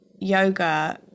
yoga